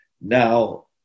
now